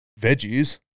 veggies